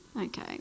okay